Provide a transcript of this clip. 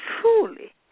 truly